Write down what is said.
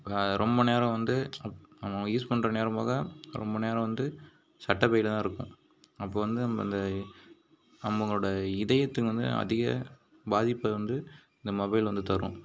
ரொம்ப நேரம் வந்து நம்ம யூஸ் பண்ணுற நேரம் போக ரொம்ப நேரம் வந்து சட்டைப்பையிலதான் இருக்கும் அப்போது வந்து நம்ம நம்மளோட இதயத்துக்கு வந்து அதிக பாதிப்பை வந்து இந்த மொபைல் வந்து தரும்